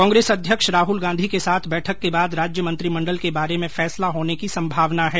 कांग्रेस अध्यक्ष राहुल गांधी के साथ बैठक के बाद राज्य मंत्रिमण्डल के बारे में फैसला होने की संभावना है